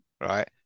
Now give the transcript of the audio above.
right